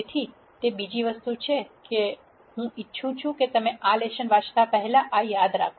તેથી તે બીજી વસ્તુ છે જે હું ઇચ્છું છું કે તમે આ લેશન વાંચતા પહેલા આ યાદ રાખો